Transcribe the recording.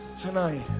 tonight